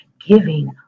giving